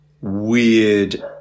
weird